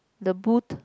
the booth